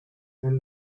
and